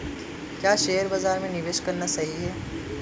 क्या शेयर बाज़ार में निवेश करना सही है?